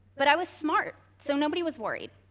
but i was smart, so nobody was worried.